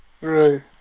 Right